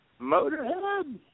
Motorhead